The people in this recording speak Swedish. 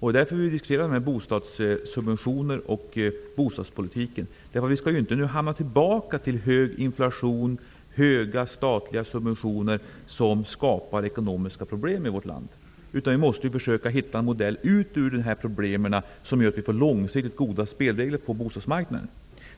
Det är därför vi diskuterar bostadssubventioner och bostadspolitik. Vi skall ju inte gå tillbaka till hög inflation, stora statliga subventioner, som skapar ekonomiska problem i vårt land, utan vi måste försöka hitta en modell för att få bort problemen, som gör att vi får långsiktigt goda spelregler på bostadsmarknaden.